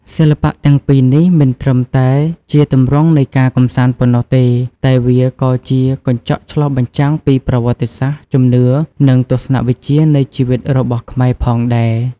សិល្បៈទាំងពីរនេះមិនត្រឹមតែជាទម្រង់នៃការកម្សាន្តប៉ុណ្ណោះទេ តែវាក៏ជាកញ្ចក់ឆ្លុះបញ្ចាំងពីប្រវត្តិសាស្ត្រ ជំនឿ និងទស្សនវិជ្ជានៃជីវិតរបស់ខ្មែរផងដែរ។